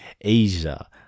Asia